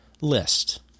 list